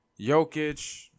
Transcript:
Jokic